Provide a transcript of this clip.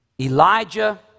Elijah